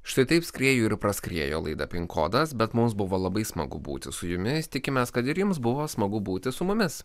štai taip skriejo ir praskriejo laida pin kodas bet mums buvo labai smagu būti su jumis tikimės kad ir jums buvo smagu būti su mumis